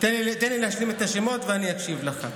תן לי להשלים את השמות ואני אקשיב לך.